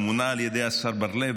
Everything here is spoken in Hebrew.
הוא מונה על ידי השר בר לב,